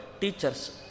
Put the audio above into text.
teachers